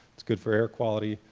its good for air quality,